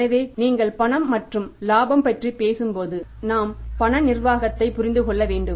எனவே நீங்கள் பண மற்றும் இலாபம் பற்றி பேசும்போது நாம் பண நிர்வாகத்தைப் புரிந்து கொள்ள வேண்டும்